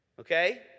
Okay